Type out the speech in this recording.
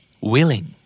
Willing